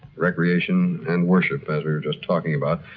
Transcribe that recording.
recreation, and worship as we were just talking about,